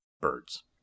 birds